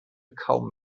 kaum